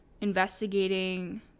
investigating